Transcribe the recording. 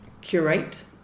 curate